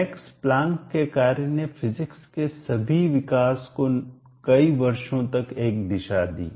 max Planck के कार्य ने फिजिक्स के सभी विकास को कई वर्षों तक एक दिशा दी